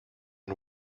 are